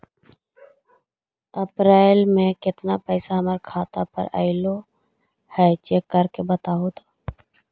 अप्रैल में केतना पैसा हमर खाता पर अएलो है चेक कर के बताहू तो?